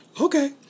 Okay